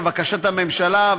לבקשת הממשלה.